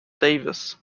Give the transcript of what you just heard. davis